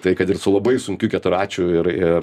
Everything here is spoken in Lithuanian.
tai kad ir su labai sunkių keturračių ir ir